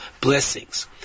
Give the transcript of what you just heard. blessings